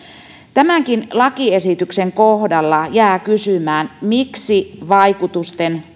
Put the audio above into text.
tämänkin lakiesityksen kohdalla jää kysymään miksi vaikutusten